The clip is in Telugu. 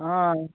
ఆయ్